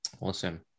Awesome